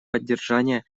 поддержание